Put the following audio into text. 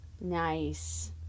Nice